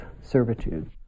servitude